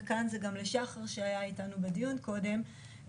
וכאן זה גם לשחר שהיה איתנו בדיון קודם,